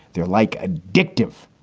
they're like addictive.